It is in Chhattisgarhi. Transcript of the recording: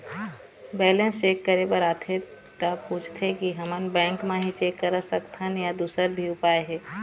बैलेंस चेक करे बर आथे ता पूछथें की हमन बैंक मा ही चेक करा सकथन या दुसर भी उपाय हे?